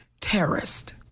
terrorist